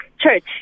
church